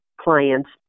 clients